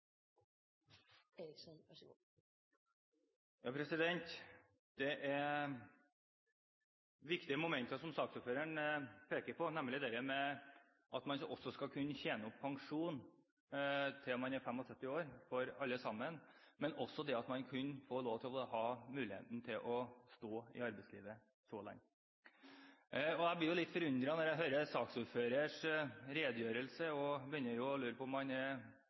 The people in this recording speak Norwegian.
viktige momenter saksordføreren peker på, nemlig det at man – at alle – skal kunne tjene opp pensjon til man er 75 år, og også det at man kan få muligheten til å stå i arbeidslivet så lenge. Jeg blir litt forundret når jeg hører saksordførerens redegjørelse, og lurer på om han har et dobbeltspor eller er noe ambivalent i sin tilnærming til problematikken. For det første sier han at man nå ønsker å endre aldersgrensene, og samtidig gir han